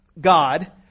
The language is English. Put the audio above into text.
God